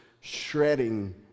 shredding